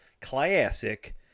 classic